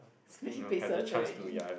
so many places already